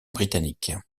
britannique